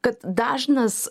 kad dažnas